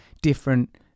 different